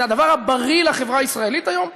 זה הדבר הבריא לחברה הישראלית היום,